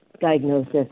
diagnosis